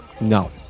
No